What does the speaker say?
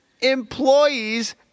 employees